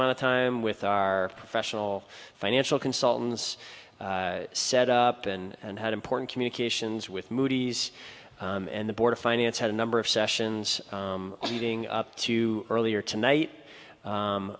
amount of time with our professional financial consultants set up and had important communications with moody's and the board of finance had a number of sessions leading up to earlier tonight